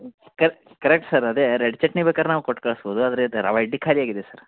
ಕರ್ correct sir ಅದೇ red chutney ಬೇಕಾರೆ ನಾವು ಕೊಟ್ಟು ಕಳ್ಸ್ಬೋದು ಆದರೆ ಇದು ರವೆ ಇಡ್ಲಿ ಖಾಲಿ ಆಗಿದೆ ಸರ್